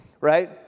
right